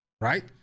right